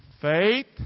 Faith